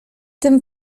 tym